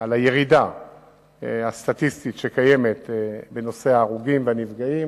על הירידה הסטטיסטית בהרוגים ובנפגעים.